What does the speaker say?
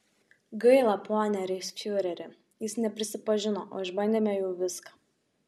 gaila pone reichsfiureri jis neprisipažino o išbandėme jau viską